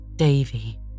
Davy